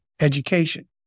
education